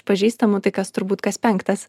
pažįstamų tai kas turbūt kas penktas